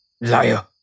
Liar